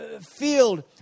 field